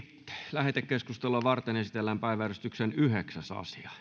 lähetekeskustelua varten esitellään päiväjärjestyksen yhdeksäs asia